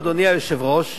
אדוני היושב-ראש,